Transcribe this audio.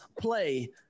play